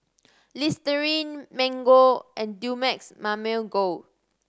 Listerine Mango and Dumex Mamil Gold